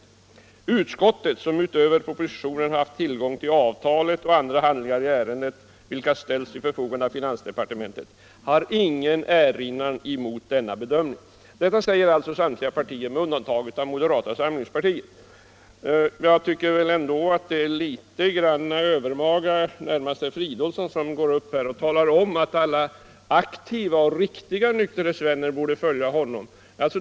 Utskottet — som utöver propositionen har haft tillgång till avtalet och andra handlingar i ärendet, vilka ställts till förfogande av finansdepartementet — har ingenting att erinra mot denna bedömning.” Detta säger alltså samtliga partier med undantag av moderata samlingspartiet. Jag tycker då att det är litet övermaga att, såsom herr Fridolfsson gjorde, gå upp i debatten och säga att alla aktiva och riktiga nykterhetsvänner borde följa honom.